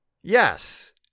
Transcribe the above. Yes